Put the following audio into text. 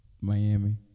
Miami